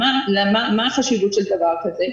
מה החשיבות של דבר כזה?